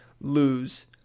lose